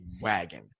wagon